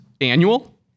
annual